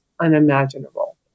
unimaginable